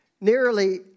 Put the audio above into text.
Nearly